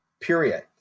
Period